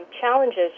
challenges